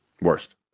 Worst